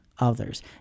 others